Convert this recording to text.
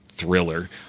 thriller